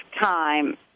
time